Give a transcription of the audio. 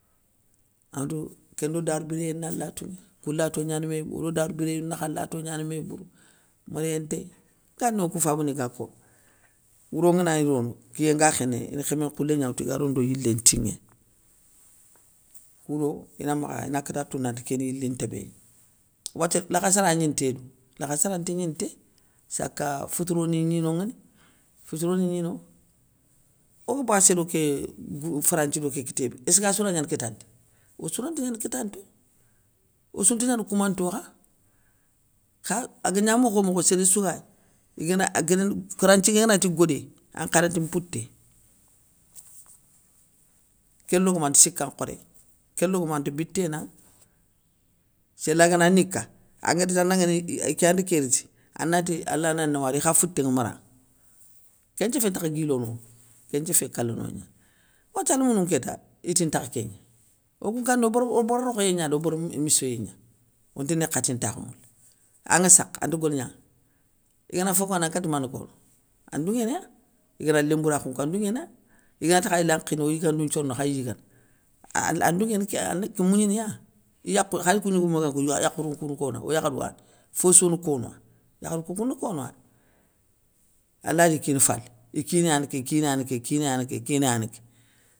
Anŋetou kéndo darou biréyé na latoméya, koun lato gnani mé bourou odo darou biréyou nakha lato gnani mé bourou, méréyé ntéy, gani okou fabani ga konŋo, wourongana gni rono kiyé nga khéné, ine khémé nkhoulé gna woutou iga rono do yilé tinŋé, wouro ina makha, ana kata tounou nanti kén yilin ntébé gna. Wathia lakha sara ya gnine tédou, lakhassara nti gnité, saka foutouro ni gni noŋani, foutouro ni gni no. Oga bassé do ké gou franthi do ké kitédou, esska souray gnana kitanté, ossou ranta gnana kitantoy, ossounta gnana koumanto kha kha agagna mokho mokho séréssou gayéy igana aguéné franthinké nganagnitini godé, ankhanati mpouté, ké logoma anti sika nkhoré, ké logoma anti biténaŋa, séla ganagni ka agantandaŋani iké yandi ké riti, anati ala na nawari, ikha foutéŋa mara, kén nthiéfé ntakha guilonowo, kén nthiéfé kala nogna. Wathia lémounou nkéta, iti ntakha kéngna, okou gani o bar o bar rokhoyé gna dé, o bar missoyé gna, onte nékhatintakhou moula, anŋa sakha anta golignanŋa, igana fokonŋa danŋa ankati mani kono, andounŋénéya, igana lémbourakhou nko an douŋéna, iganati khay lakhini oy yigandou nthiorono khayi yigana, an dounŋé kéya an kén mougnina, iyakhou, khar ikou gnougou gama ko yakhou kou kou nakona, oyakharouwani, fossou onokona, yakharou kou kou nakona dé, aladi kina falé, ikina na ké ikina na ké ikina na ké ikina na ké.